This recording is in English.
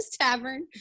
Tavern